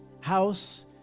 house